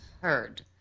heard